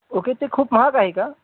okay ते खूप महाग आहे का